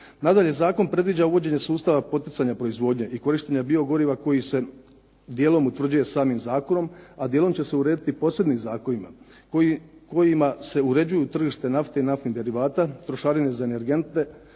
Nadalje zakon predviđa uvođenje sustava poticanja proizvodnje i korištenja biogoriva koji se dijelom utvrđuje samim zakonom, a dijelom će se urediti posebnim zakonima kojima se uređuju tržište nafte i naftnih derivata, trošarine za energente,